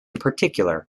particular